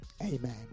Amen